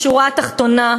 השורה התחתונה,